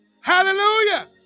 Hallelujah